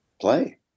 play